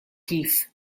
kif